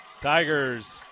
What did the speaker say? Tigers